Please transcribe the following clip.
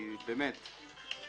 אני